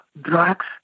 drugs